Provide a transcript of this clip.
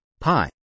pi